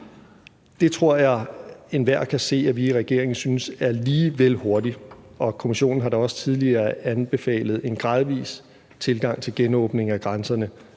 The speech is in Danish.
Det tror jeg enhver kan se at vi i regeringen synes er lige vel hurtigt. Kommissionen har da også tidligere anbefalet en gradvis tilgang til en genåbning af grænserne,